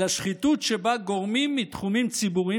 אלא שחיתות שבה גורמים מתחומים ציבוריים